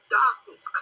darkness